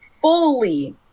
fully